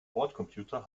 bordcomputer